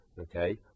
Okay